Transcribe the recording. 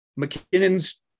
McKinnon's